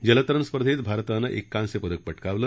जलतरण स्पर्धेत भारतानं एक कांस्य पदक पटकावलं